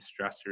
stressors